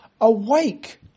Awake